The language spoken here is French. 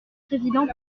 présidents